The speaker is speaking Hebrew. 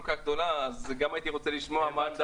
כך גדולה הייתי רוצה לשמוע גם מה עמדת הקואליציה.